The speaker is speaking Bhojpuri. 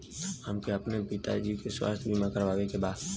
हमके अपने पिता जी के स्वास्थ्य बीमा करवावे के बा?